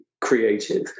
creative